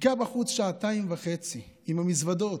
חיכה בחוץ שעתיים וחצי עם המזוודות,